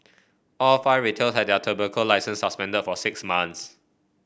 all five retailer had their tobacco licences suspended for six months